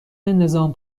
نظام